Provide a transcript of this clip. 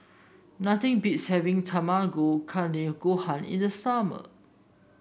nothing beats having Tamago Kake Gohan in the summer